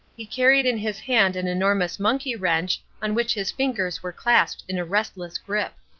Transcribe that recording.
he carried in his hand an enormous monkey wrench, on which his fingers were clasped in a restless grip.